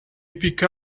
picked